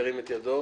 ירים את ידו.